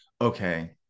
okay